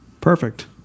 Perfect